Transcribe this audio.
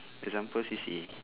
example C_C_A